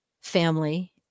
family